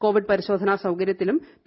Covid പരിശോധനാ സൌകര്യത്തിലും P